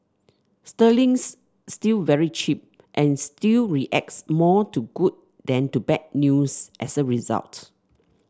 Sterling's still very cheap and still reacts more to good than to bad news as a result